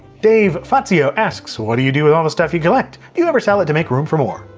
dave faxio asks, what do you do with all the stuff you collect? do you ever sell it to make room for more?